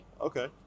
Okay